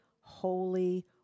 holy